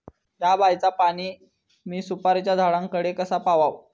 हया बायचा पाणी मी सुपारीच्या झाडान कडे कसा पावाव?